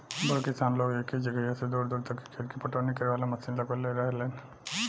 बड़ किसान लोग एके जगहिया से दूर दूर तक खेत के पटवनी करे वाला मशीन लगवले रहेलन